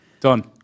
Done